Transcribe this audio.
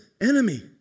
enemy